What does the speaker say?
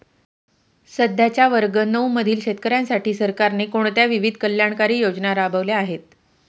सध्याच्या वर्ग नऊ मधील शेतकऱ्यांसाठी सरकारने कोणत्या विविध कल्याणकारी योजना राबवल्या आहेत?